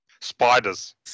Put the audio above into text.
Spiders